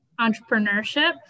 entrepreneurship